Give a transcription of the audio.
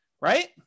right